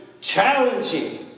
challenging